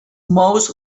most